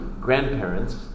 grandparents